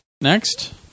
Next